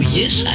yes